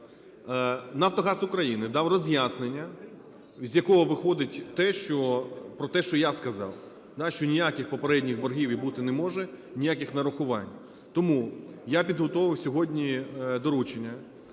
"Нафтогаз України" дав роз'яснення, з якого виходить те, що, про те, що я сказав, да, що ніяких попередніх боргів і бути не може ніяких нарахувань. Тому я підготовив сьогодні доручення